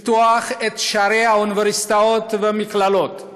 לפתוח את שערי האוניברסיטאות והמכללות,